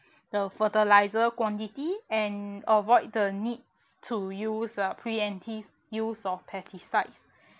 the fertilizer quantity and avoid the need to use a pre empty use of pesticides